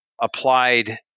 applied